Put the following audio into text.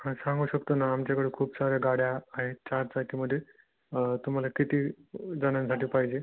हां सांगू शकतो ना आमच्याकडे खूप साऱ्या गाड्या आहेत चार चाकीमध्ये तुम्हाला किती जणांसाठी पाहिजे